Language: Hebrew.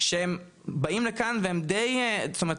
שהם באים לכאן והם די, זאת אומרת,